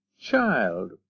Child